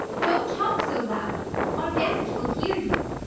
don't talk so loud our guests will hear you!